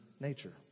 nature